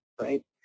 right